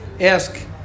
ask